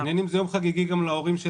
מעניין אם זה יום חגיגי גם להורים של